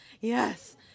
Yes